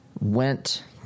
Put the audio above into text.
went